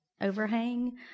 overhang